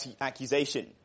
accusation